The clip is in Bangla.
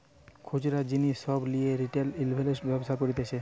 খুচরা জিনিস সব লিয়ে রিটেল ইনভেস্টর্সরা ব্যবসা করতিছে